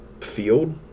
field